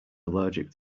allergic